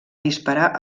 disparar